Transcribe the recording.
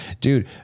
dude